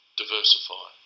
diversify